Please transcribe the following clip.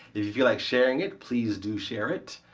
if you feel like sharing it, please do share it.